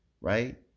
right